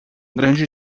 grande